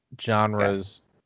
genres